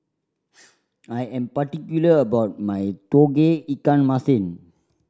I am particular about my Tauge Ikan Masin